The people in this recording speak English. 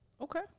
Okay